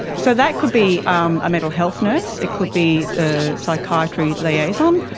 so that could be um a mental health nurse, it could be a psychiatry liaison,